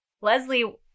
Leslie